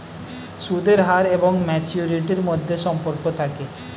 সুদের হার এবং ম্যাচুরিটির মধ্যে সম্পর্ক থাকে